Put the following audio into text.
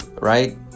Right